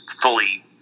fully